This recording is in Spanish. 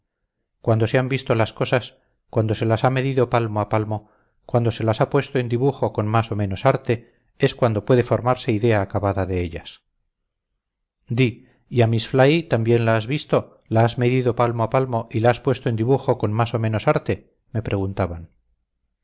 cuando se han visto las cosas cuando se las ha medido palmo a palmo cuando se las ha puesto en dibujo con más o menos arte es cuando puede formarse idea acabada de ellas di y a miss fly también la has visto la has medido palmo a palmo y la has puesto en dibujo con más o menos arte me preguntaban